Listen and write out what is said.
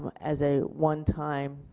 as a one time